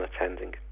attending